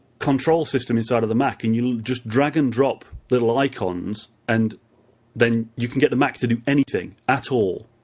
control system inside of the mac, and you just drag and drop little icons. and then you can get the mac to do anything at all,